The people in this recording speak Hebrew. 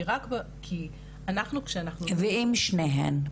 כי אנחנו -- ואם שניהם?